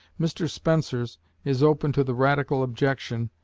mr spencer's is open to the radical objection,